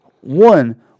one